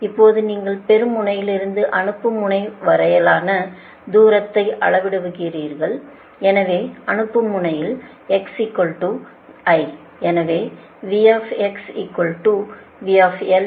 இப்போது நீங்கள் பெறும் முனையிலிருந்து அனுப்பும் முனை வரையிலான தூரத்தை அளவிடுகிறீர்கள் எனவே அனுப்பும் முனையில் x l